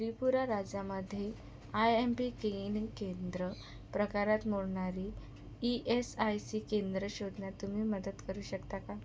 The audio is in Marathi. त्रिपुरा राज्यामध्ये आय एम पी क्लिनिग केंद्र प्रकारात मोडणारी ई एस आय सी केंद्रं शोधण्यात तुम्ही मदत करू शकता का